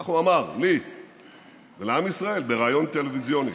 כך הוא אמר לי ולעם ישראל בריאיון טלוויזיוני,